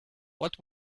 what